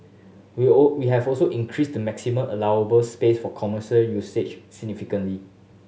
we all we have also increased the maximum allowable space for commercial usage significantly